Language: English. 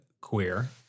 queer